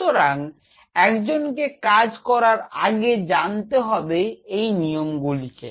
সুতরাং একজন কে কাজ করার আগে জানতে হবে এই নিয়ম গুলি কে